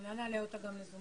אולי נעלה אותה היום ל-זום?